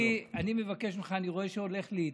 אני מבקש ממך, אני רואה שהולך לי איתך.